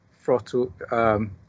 throttle